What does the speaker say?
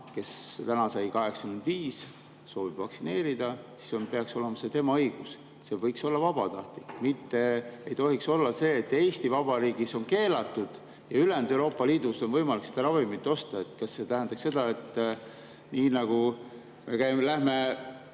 kes täna sai 85, soovib vaktsineerida, siis peaks olema see tema õigus. See võiks olla vabatahtlik. Mitte ei tohiks olla nii, et Eesti Vabariigis on keelatud ja ülejäänud Euroopa Liidus on võimalik seda ravimit osta. Kas see tähendaks seda, et nii nagu me läheme